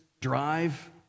drive